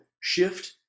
shift